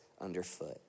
Underfoot